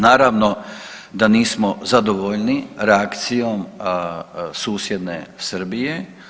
Naravno da nismo zadovoljni reakcijom susjedne Srbije.